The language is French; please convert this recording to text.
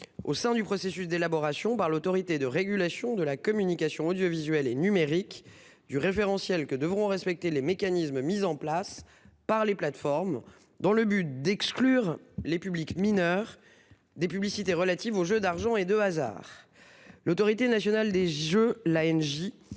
au sein du processus d'élaboration par l'Autorité de régulation de la communication audiovisuelle et numérique (Arcom) du référentiel que devront respecter les mécanismes mis en place par les plateformes, afin de soustraire les publics mineurs aux publicités relatives aux jeux d'argent et de hasard. Comme vous le savez,